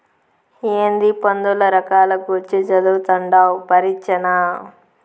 ఏందీ పందుల రకాల గూర్చి చదవతండావ్ పరీచ్చనా